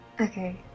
Okay